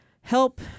help